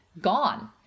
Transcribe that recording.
gone